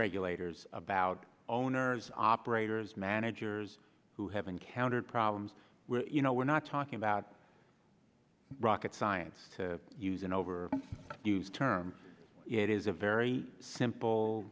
regulators about owners operators managers who have encountered problems where you know we're not talking about rocket science to use an over use term it is a very simple